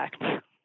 effect